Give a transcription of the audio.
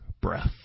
breath